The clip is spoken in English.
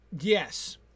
yes